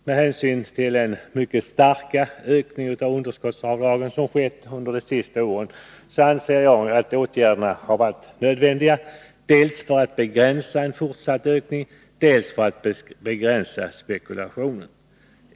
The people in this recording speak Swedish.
Med hänsyn till den mycket starka ökning av underskottsavdragen som skett under de senaste åren anser jag att åtgärderna var nödvändiga dels för att begränsa en fortsatt ökning, dels för att begränsa spekulationen.